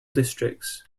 districts